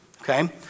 okay